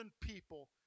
people